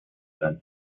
sein